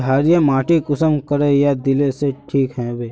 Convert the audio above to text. क्षारीय माटी कुंसम करे या दिले से ठीक हैबे?